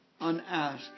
unasked